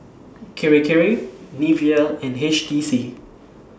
Kirei Kirei Nivea and H T C